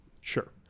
sure